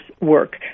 work